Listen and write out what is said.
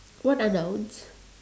what are nouns